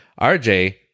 RJ